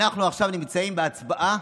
אנחנו עכשיו נמצאים בהצבעה